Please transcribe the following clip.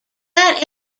that